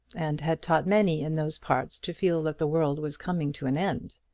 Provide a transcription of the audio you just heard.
and had taught many in those parts to feel that the world was coming to an end.